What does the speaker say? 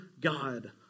God